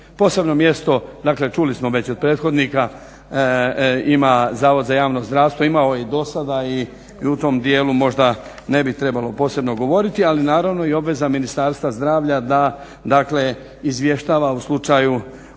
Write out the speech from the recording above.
Posebno mjesto, dakle čuli smo već od prethodnika ima Zavod za javno zdravstvo, imalo je i dosada i u tom dijelu možda ne bi trebalo posebno govoriti. Ali naravno i obveza Ministarstva zdravlja da dakle izvještava u slučaju